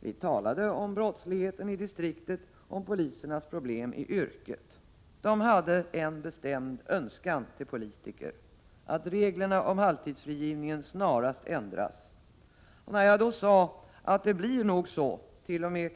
Vi talade om brottsligheten i distriktet och om polisernas problem i yrket. De hade ett bestämt önskemål till politikerna, nämligen att reglerna om halvtidsfrigivning snarast ändras. När jag då sade att det nog blir så och att det kansket.o.m.